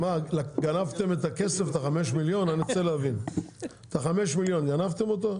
גנבתם את הכסף, את החמישה מיליון, גנבתם אותם?